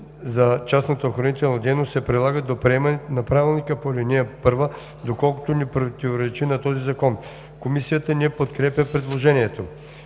за частната охранителна дейност, се прилагат до приемането на правилника по ал. 1, доколкото не противоречат на този закон.“ Комисията не подкрепя предложението.